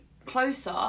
closer